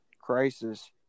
crisis